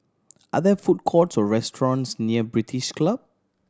are there food courts or restaurants near British Club